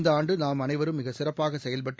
இந்த ஆண்டு நாம் அனைவரும் மிக சிறப்பாக செயல்டட்டு